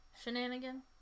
shenanigan